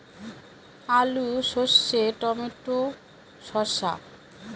আলু সর্ষে টমেটো শসা